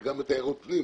וגם בתיירות פנים,